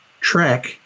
track